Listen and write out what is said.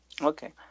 Okay